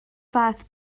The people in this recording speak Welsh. fath